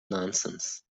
nonsense